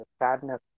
sadness